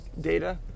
data